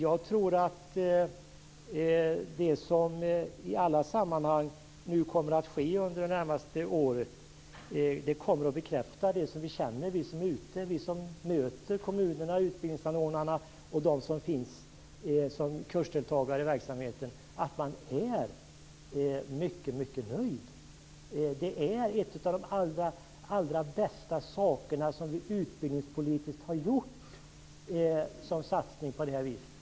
Jag tror att det som kommer att ske i olika sammanhang under det närmaste året kommer att bekräfta det intryck som vi som är ute och möter kommunerna, utbildningsanordnarna och dem som deltar i kurserna har, nämligen att man är mycket nöjd. Detta är en av de allra bästa satsningar som vi har gjort utbildningspolitiskt.